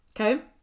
okay